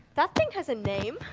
that thing has a name?